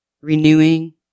renewing